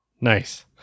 Nice